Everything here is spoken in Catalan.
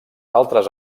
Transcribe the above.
altres